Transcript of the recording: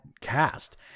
cast